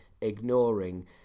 ignoring